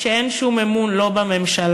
כשאין שום אמון לא בממשלה,